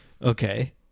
Okay